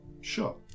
Sure